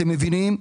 אתם מבינים?